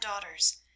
daughters